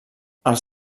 els